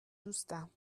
دوستم